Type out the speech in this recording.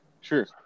Sure